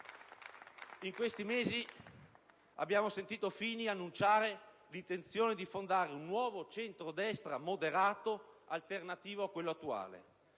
In questi mesi abbiamo sentito Fini annunciare l'intenzione di fondare un nuovo centrodestra moderato, alternativo a quello attuale.